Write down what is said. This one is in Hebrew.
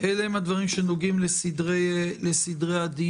אלה הם הדברים שנוגעים לסדרי הדיון.